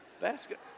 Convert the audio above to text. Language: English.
basket